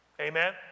Amen